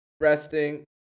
resting